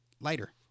lighter